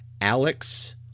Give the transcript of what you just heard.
Alex